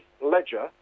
Ledger